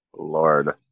Lord